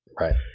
Right